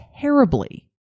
terribly